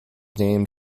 named